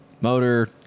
motor